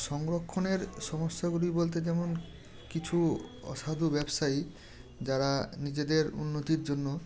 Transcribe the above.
সংরক্ষণের সমস্যাগুলি বলতে যেমন কিছু অসাধু ব্যবসায়ী যারা নিজেদের উন্নতির জন্য